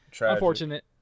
unfortunate